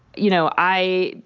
you know, i.